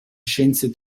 scienze